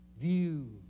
view